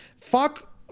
fuck